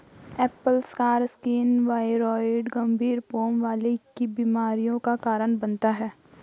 Apple scar skin viroid गंभीर pome फलों की बीमारियों का कारण बनता है